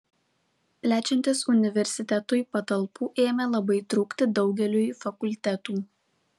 plečiantis universitetui patalpų ėmė labai trūkti daugeliui fakultetų